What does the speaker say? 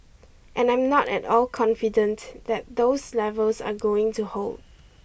and I'm not at all confident that those levels are going to hold